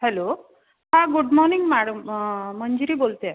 hello हा good morning madam Manjiri बोलते आहे